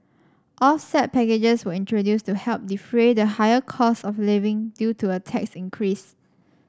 offset packages were introduced to help defray the higher costs of living due to a tax increase